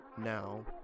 now